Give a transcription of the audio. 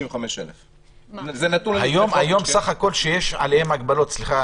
55,000. היום בסך הכל שיש עליהם הגבלות סליחה,